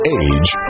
age